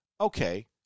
okay